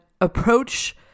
approach